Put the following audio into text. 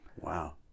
wow